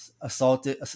assaulted